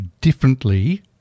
differently